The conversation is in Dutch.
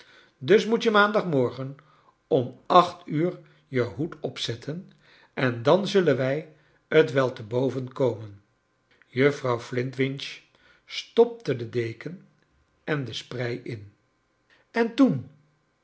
dus moet je maandag morgen om acht uur je hoed opzetten en dan zullen wij t wel te boven komen juffrouw flintwinch stopte de deken en de sprei in kleine dorrit en toen